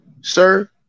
sir